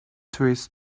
tourists